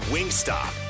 Wingstop